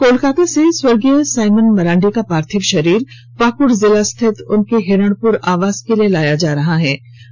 कोलकाता से स्वर्गीय साइमन मरांडी का पार्थिव शरीर पाकुड जिला स्थित उनके हिरणपुर आवास के लिए लाया जा रहा हे